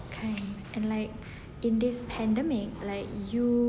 kan and like in this pandemic like you